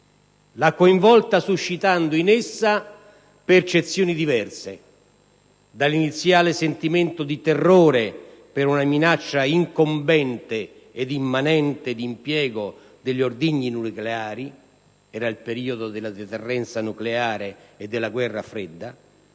L'ha coinvolta suscitando in essa percezioni diverse: dall'iniziale sentimento di terrore per una minaccia immanente ed incombente di impiego degli ordigni nucleari - era il periodo della deterrenza nucleare e della guerra fredda